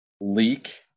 leak